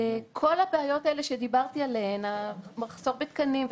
כל הבעיות שדיברתי עליהן - המחסור בתקנים,